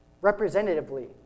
Representatively